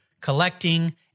collecting